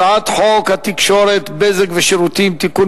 הצעת חוק התקשורת (בזק ושירותים) (תיקון